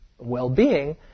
well-being